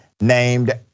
named